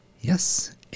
Yes